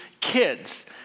kids